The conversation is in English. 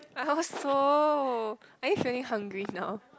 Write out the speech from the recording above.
I also are you feeling hungry now